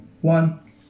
one